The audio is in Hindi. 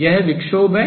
यह विक्षोभ है